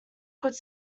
could